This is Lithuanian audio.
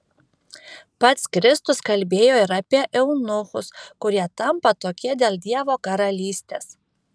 pats kristus kalbėjo ir apie eunuchus kurie tampa tokie dėl dievo karalystės